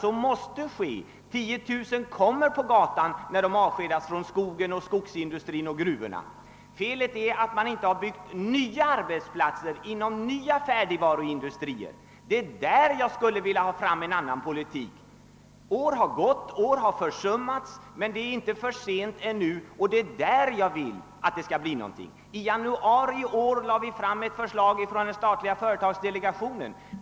Det måste ske. Annars kommer 10 000 personer att hamna på gatan när de avskedas från skogsbruket, skogsindustrin och gruvorna. Felet är att man inte skaffat arbetsplatser inom nya färdigvaruindustrier. Det är på denna punkt jag skulle ha velat få till stånd en ny politik. År har gått, under vilka denna uppgift försummats, men det är ännu inte för sent. Det är i detta avseende jag vill få något gjort. I januari detta år lade vi från den statliga företagsdelegationen fram ett förslag.